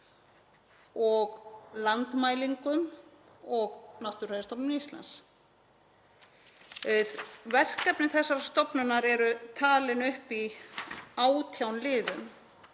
Landmælingum og Náttúrufræðistofnun Íslands. Verkefni þessarar stofnunar eru talin upp í 18 liðum